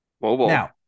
Now